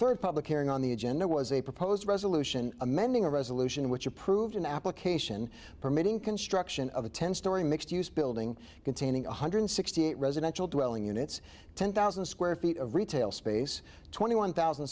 third public hearing on the agenda was a proposed resolution amending a resolution which approved an application permitting construction of a ten story mixed use building containing one hundred sixty eight residential dwelling units ten thousand square feet of retail space twenty one thousand